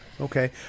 okay